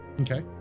Okay